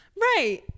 Right